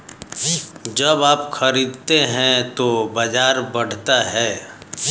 जब आप खरीदते हैं तो बाजार बढ़ता है